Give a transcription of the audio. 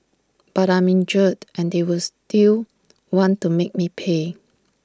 but I'm injured and they were still want to make me pay